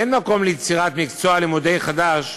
אין מקום ליצירת מקצוע לימודי חדש,